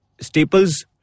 staples